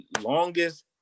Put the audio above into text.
longest